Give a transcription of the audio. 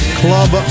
club